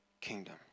kingdom